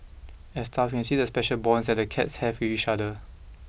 as staff we can see the special bonds that the cats have with each other